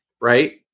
right